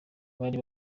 bari